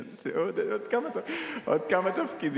לנשיאות, עוד כמה תפקידים?